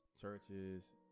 churches